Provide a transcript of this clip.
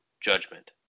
judgment